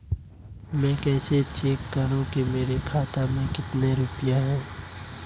मैं कैसे चेक करूं कि मेरे खाते में कितने रुपए हैं?